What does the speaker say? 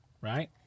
right